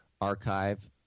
Archive